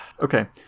okay